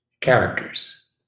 characters